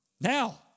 Now